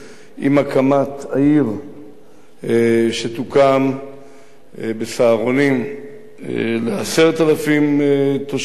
עם הקמת העיר שתוקם ב"סהרונים" ל-10,000 תושבים,